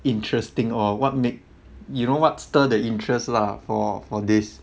interesting or what make you know what stir the interest lah for for this